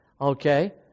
Okay